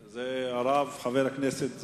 הרב, חבר הכנסת זאב.